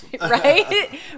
Right